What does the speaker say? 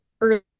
early